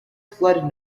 fled